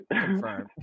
confirm